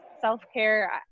self-care